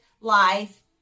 life